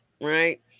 right